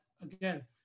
again